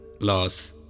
loss